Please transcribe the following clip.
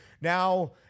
now